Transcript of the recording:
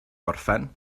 gorffen